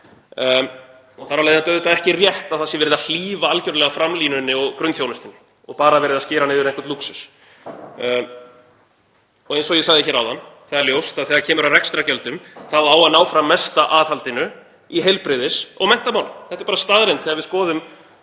og þar af leiðandi er auðvitað ekki rétt að það sé verið að hlífa algerlega framlínunni og grunnþjónustunni og bara verið að skera niður einhvern lúxus. Og eins og ég sagði hér áðan, það er ljóst þegar kemur að rekstrargjöldum þá á að ná fram mesta aðhaldinu í heilbrigðis- og menntamálum. Þetta er bara staðreynd þegar við skoðum